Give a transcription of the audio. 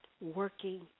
working